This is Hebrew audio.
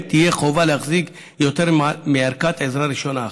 תהיה חובה להחזיק יותר מערכת עזרה ראשונה אחת.